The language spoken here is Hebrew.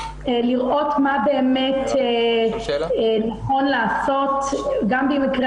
לראות מה באמת נכון לעשות גם במקרה